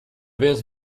viens